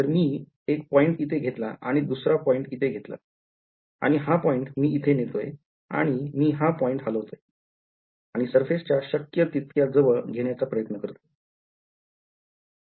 तर मी एक पॉईंट इथे घेतला आणि दुसरा पॉईंट इथे घेतला अँड हा पॉईंट मी इथे नेतोय आणि मी हा पॉईंट हालवतोय आणि surface च्या शक्य तितक्या जवळ घेण्याचा प्रयत्न करतोय